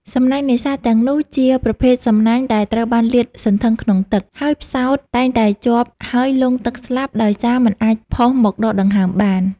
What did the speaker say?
សំណាញ់នេសាទទាំងនោះជាប្រភេទសំណាញ់ដែលត្រូវបានលាតសន្ធឹងក្នុងទឹក ហើយផ្សោតតែងតែជាប់ហើយលង់ទឹកស្លាប់ដោយសារមិនអាចផុសមកដកដង្ហើមបាន។